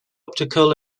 optical